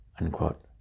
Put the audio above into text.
Unquote